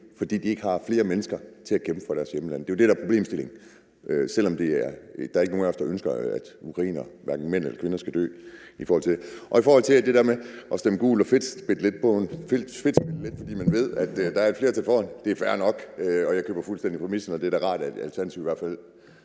fordi de ikke har flere mennesker til at kæmpe for hjemlandet. Det er jo det, der er problemstillingen, selv om der ikke er nogen af os, der ønsker, at ukrainere, hverken mænd eller kvinder, skal dø. Det der med at stemme gult og fedtspille lidt, fordi man ved, der er et flertal for det, er fair nok. Jeg køber fuldstændig præmissen, og det er da rart, at Alternativet så i hvert fald